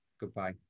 Goodbye